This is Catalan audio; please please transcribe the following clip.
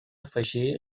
afegir